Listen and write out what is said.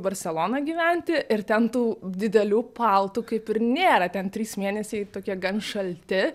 barseloną gyventi ir ten tų didelių paltų kaip ir nėra ten trys mėnesiai tokie gan šalti